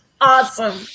Awesome